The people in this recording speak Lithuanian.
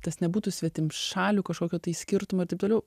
tas nebūtų svetimšalių kažkokio tai skirtumo ir taip toliau